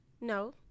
No